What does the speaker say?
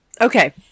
Okay